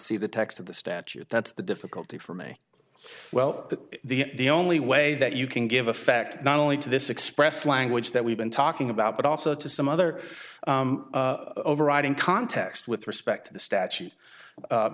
see the text of the statute that's the difficulty for me well that the only way that you can give effect not only to this expressed language that we've been talking about but also to some other overriding context with respect to the statute